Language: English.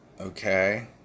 Okay